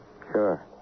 Sure